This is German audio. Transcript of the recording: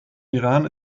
iran